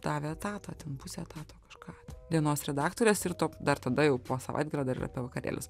davė etatą ten pusę etato kažką dienos redaktorės ir to dar tada jau po savaitgalio dar ir apie vakarėlius